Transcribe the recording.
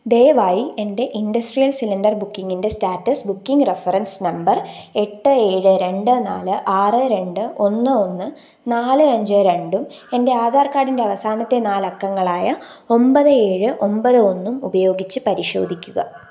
ദയവായി എന്റെ industrial cylinder ബുക്കിങ്ങിന്റെ സ്റ്റാറ്റസ് ബുക്കിംഗ് റഫറൻസ് നമ്പർ എട്ട് ഏഴ് രണ്ട് നാല് ആറ് രണ്ട് ഒന്ന് ഒന്ന് നാല് അഞ്ച് രണ്ടും എൻ്റെ ആധാർ കാർഡിൻ്റെ അവസാനത്തെ നാലക്കങ്ങളായ ഒമ്പത് ഏഴ് ഒമ്പത് ഒന്നും ഉപയോഗിച്ച് പരിശോധിക്കുക